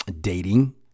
dating